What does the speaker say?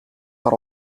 are